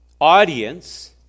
audience